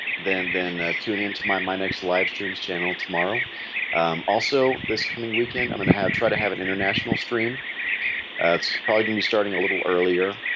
then then tune in to my my next live streams channel tomorrow also this coming weekend. i'm gonna have try to have an international stream it's probably gonna be starting a little earlier